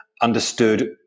understood